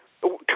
Come